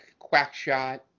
Quackshot